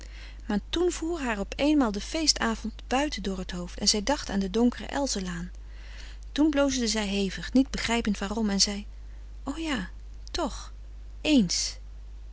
maar toen voer haar op eenmaal de feestavond buiten door t hoofd en zij dacht aan de donkere elzenlaan toen bloosde zij hevig niet begrijpend waarom en zei o ja toch ééns